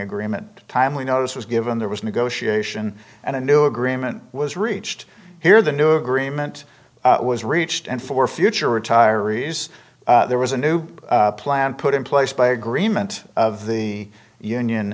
agreement timely notice was given there was negotiation and a new agreement was reached here the new agreement was reached and for future retirees there was a new plan put in place by agreement of the union